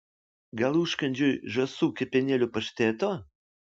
gal užkandžiui žąsų kepenėlių pašteto